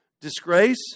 Disgrace